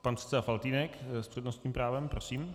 Pan předseda Faltýnek s přednostním právem, prosím.